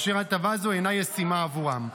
אשר הטבה זו אינה ישימה עבורם.